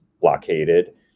blockaded